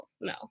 No